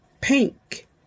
pink